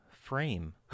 frame